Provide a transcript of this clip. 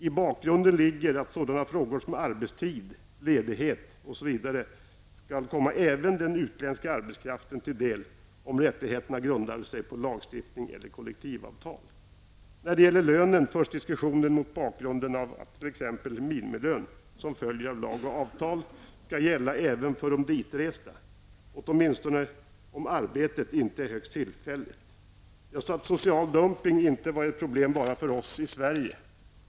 I bakgrunden ligger att sådana frågor som arbetstid, ledighet osv. skall komma även den utländska arbetskraften till del om rättigheterna grundar sig på lagstiftning eller kollektivavtal. När det gäller lönen förs diskussionen mot bakgrund av att t.ex. minimilön, som följer av lag eller avtal, skall gälla även för de ditresta -- åtminstone om arbetet inte är högst tillfälligt. Jag sade att social dumpning inte var ett problem bara för oss i Sverige.